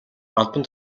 албан